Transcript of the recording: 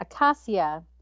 Acacia